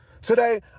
Today